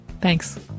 Thanks